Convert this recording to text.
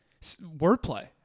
wordplay